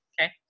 okay